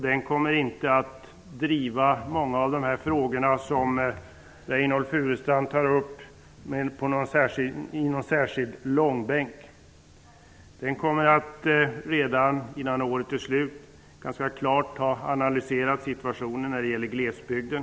Den kommer inte att driva i långbänk särskilt många av de frågor som Reynoldh Furustrand tar upp. Redan innan året är slut kommer den här kommissionen att ganska klart ha analyserat situationen för glesbygden.